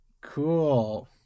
Cool